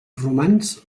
romans